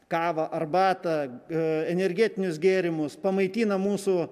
kavą arbatą energetinius gėrimus pamaitina mūsų